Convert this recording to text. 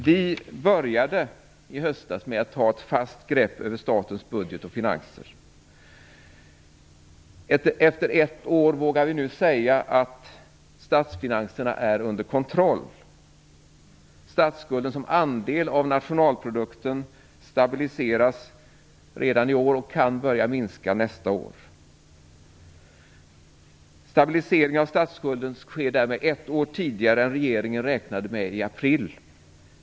Vi började förra hösten med att ta ett fast grepp om statens budget och finanser. Efter ett år vågar vi nu säga att statsfinanserna är under kontroll. Statsskulden som andel av nationalprodukten stabiliseras redan i år och kan börja minska nästa år. Stabiliseringen av statsskulden sker därmed ett år tidigare än regeringen räknade med i april.